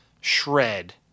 shred